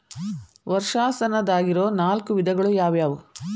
ವರ್ಷಾಶನದಾಗಿರೊ ನಾಲ್ಕು ವಿಧಗಳು ಯಾವ್ಯಾವು?